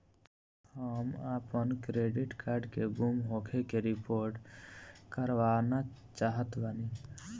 हम आपन debit card के गुम होखे के रिपोर्ट करवाना चाहत बानी